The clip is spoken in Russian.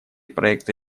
проекта